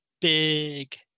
big